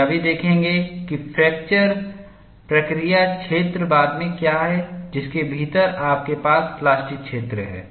हम यह भी देखेंगे कि फ्रैक्चर प्रक्रिया क्षेत्र बाद में क्या है जिसके भीतर आपके पास प्लास्टिक क्षेत्र है